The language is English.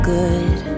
good